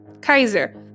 Kaiser